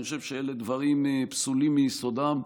אני חושב שאלה דברים פסולים מיסודם,